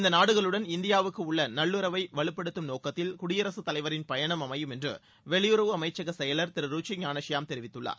இந்த நாடுகளுடன் இந்தியாவுக்கு உள்ள நல்லுறவை வலுப்படுத்துமு் நோக்கத்தில் குடியரசு தலைவரின் பயணம் அமையும் என்று வெளியுறவு அமைச்சக மேற்கு விவகாரங்களுக்கான செயலர் திரு ருச்சி ஞானஷியாம் தெரிவித்துள்ளார்